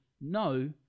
no